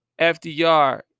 FDR